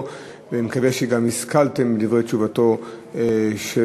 ומקווים שגם השכלתם מדברי תשובתו של